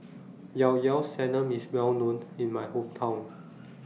Ilao Ilao Sanum IS Well known in My Hometown